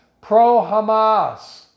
Pro-Hamas